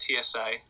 TSA